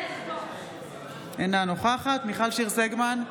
אינה נוכחת מיכל שיר סגמן,